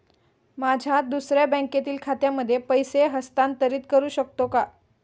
माझ्या दुसऱ्या बँकेतील खात्यामध्ये पैसे हस्तांतरित करू शकतो का?